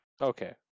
Okay